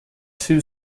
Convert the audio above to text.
two